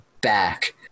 back